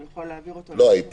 הוא יכול להעביר אותו --- בייפוי